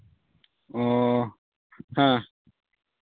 ᱚᱸᱻ ᱦᱮᱸ